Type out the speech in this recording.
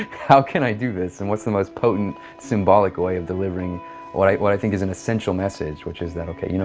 how can i do this, and what's the most potent, symbolic way of delivering what i what i think is an essential message, which is that you know